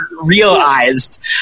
realized